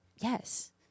Yes